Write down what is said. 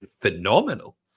phenomenal